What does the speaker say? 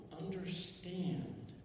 understand